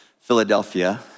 Philadelphia